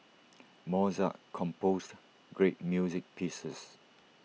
Mozart composed great music pieces